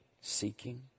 seeking